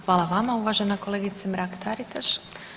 Hvala vama uvažena kolegice Mrak Taritaš.